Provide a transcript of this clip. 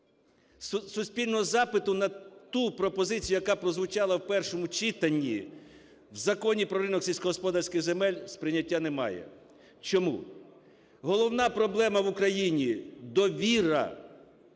Суспільного запиту на ту пропозицію, яка прозвучала в першому читанні в Законі про ринок сільськогосподарських земель, сприйняття немає. Чому? Головна проблема в Україні - довіра.